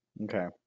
okay